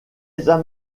état